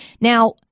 Now